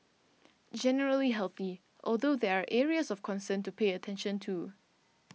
generally healthy although there are areas of concern to pay attention to